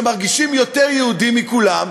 שמרגישים יותר יהודים מכולם,